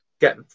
get